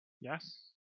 Yes